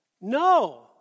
No